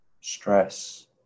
stress